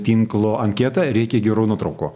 tinklo anketą ir reikia gerų nuotraukų